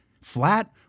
flat